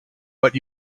but